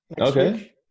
Okay